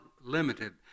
limited